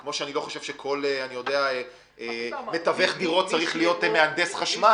כמו שאני לא חושב שכל מתווך דירות צריך להיות מהנדס חשמל.